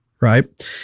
Right